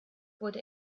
wurde